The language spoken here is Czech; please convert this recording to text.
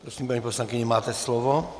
Prosím, paní poslankyně, máte slovo.